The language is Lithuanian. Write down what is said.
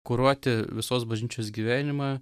kuruoti visos bažnyčios gyvenimą